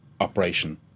operation